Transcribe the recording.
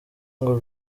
ngo